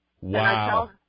Wow